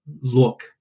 look